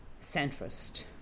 centrist